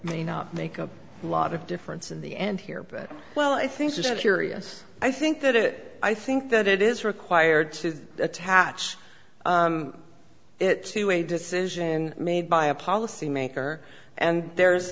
may not make a lot of difference in the end here but well i think just curious i think that it i think that it is required to attach it to a decision made by a policymaker and there's